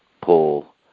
Paul